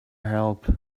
help